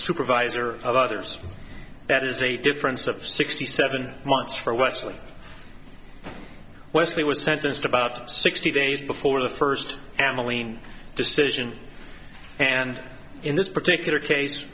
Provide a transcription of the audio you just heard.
supervisor of others that is a difference of sixty seven months for wesley wesley was sentenced about sixty days before the first family in decision and in this particular case